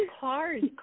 cars